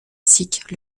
sikh